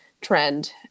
trend